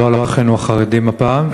לא על אחינו החרדים הפעם,